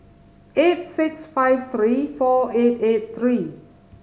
eight six five three four eight eight three